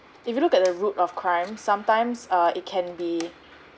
if you look at the root of crime sometimes err it can be